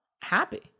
happy